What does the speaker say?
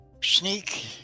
Sneak